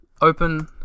Open